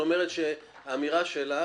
האמירה שלך,